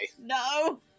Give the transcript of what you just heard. no